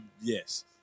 yes